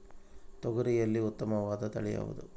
ತೊಗರಿಯಲ್ಲಿ ಉತ್ತಮವಾದ ತಳಿ ಯಾವುದು?